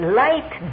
light